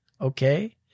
Okay